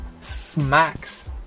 Smacks